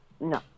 No